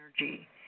energy